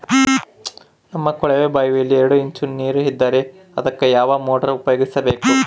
ನಮ್ಮ ಕೊಳವೆಬಾವಿಯಲ್ಲಿ ಎರಡು ಇಂಚು ನೇರು ಇದ್ದರೆ ಅದಕ್ಕೆ ಯಾವ ಮೋಟಾರ್ ಉಪಯೋಗಿಸಬೇಕು?